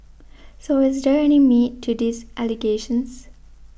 so is there any meat to these allegations